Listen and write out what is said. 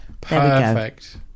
perfect